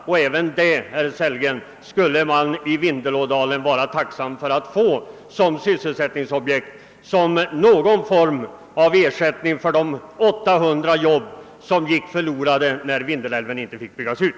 Men också det, herr Sellgren, skulle man i Vindelådalen vara tacksam för att få som sysselsättningsobjekt och som någon form av ersättning för de 800 jobb som gick förlorade när Vindelälven inte fick byggas ut.